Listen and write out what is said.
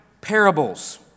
parables